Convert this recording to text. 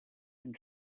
and